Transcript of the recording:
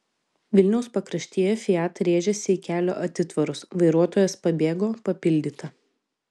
vilniaus pakraštyje fiat rėžėsi į kelio atitvarus vairuotojas pabėgo papildyta